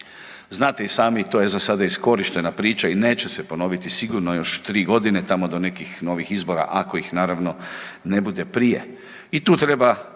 znate i sami, to je za sada iskorištena priča i neće se ponoviti sigurno još 3 godine, tamo do nekih novih izbora, ako ih naravno, ne bude prije